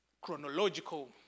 chronological